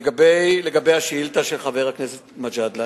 לגבי השאילתא של חבר הכנסת מג'אדלה,